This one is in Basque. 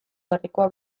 gerrikoa